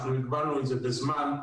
הגבלנו את זה בזמן,